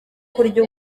kurya